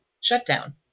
shutdown